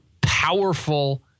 powerful